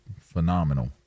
phenomenal